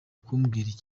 kubwiriza